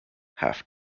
half